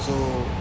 so